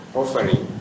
offering